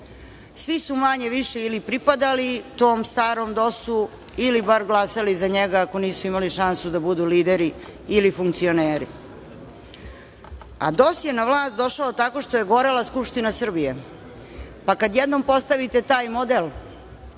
Svi su manje-više ili pripadali tom starom DOS-u ili bar glasali za njega, ako nisu imali šansu da budu lideri ili funkcioneri. A DOS je na vlast došao tako što je gorela Skupština Srbije, pa kad jednom postavite taj model,